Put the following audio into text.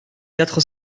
quatre